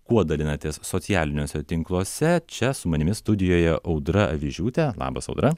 kuo dalinatės socialiniuose tinkluose čia su manimi studijoje audra avižiūtė labas audra